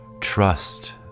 trust